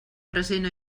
present